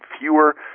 fewer